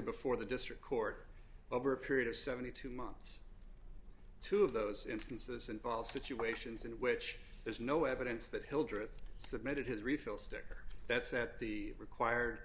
before the district court over a period of seventy two months two of those instances involve situations in which there's no evidence that hildreth submitted his refill sticker that's at the required